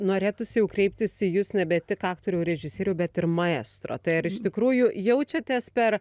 norėtųsi jau kreiptis į jus ne tik aktorių režisierių bet ir maestro tai ar iš tikrųjų jaučiatės per